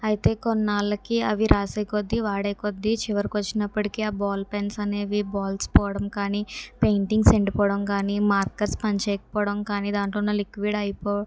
అయితే కొన్నాళ్ళకి అవి రాసేకొద్దీ వాడే కొద్దీ చివరికొచ్చినప్పటికీ ఆ బాల్ పెన్స్ అనేవి బాల్స్ పోవడం కాని పెయింటింగ్స్ ఎండిపోవడం కాని మార్కర్స్ పనిచేయకపోవడం కాని దాంట్లో ఉన్న లిక్విడ్ అయిపోవ